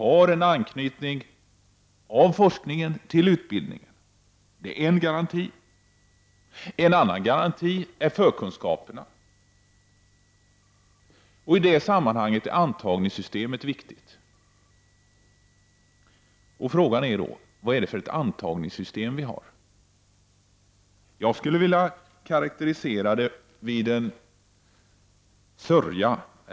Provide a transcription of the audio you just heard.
Att forskningen har anknytning till utbildningen innebär alltså en garanti. En annan är förkunskaperna. I det sammanhanget är antagningssystemet viktigt. Frågan är då: Vad är det för antagningssystem som vi har? Jag skulle vilja karakterisera det som en sörja.